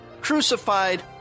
crucified